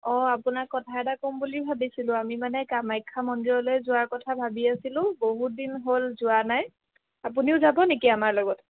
অঁ আপোনাক কথা এটা ক'ম বুলি ভাবিছিলোঁ আমি মানে কামাখ্যা মন্দিৰলৈ যোৱাৰ কথা ভাবি আছিলোঁ বহুত দিন হ'ল যোৱা নাই আপুনিও যাব নেকি আমাৰ লগত